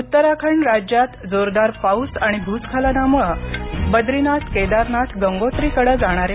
उत्तराखंड राज्यात जोरदार पाऊस आणि भूस्खलनामुळे बद्रीनाथ केदारनाथ गंगोत्री कडे जाणारे